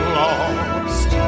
lost